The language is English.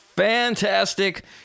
Fantastic